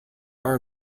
are